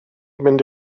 mynd